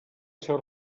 ser